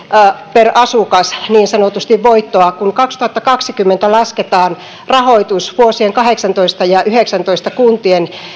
per asukas niin sanotusti voittoa kun kaksituhattakaksikymmentä lasketaan rahoitus vuosien kaksituhattakahdeksantoista ja kaksituhattayhdeksäntoista kuntien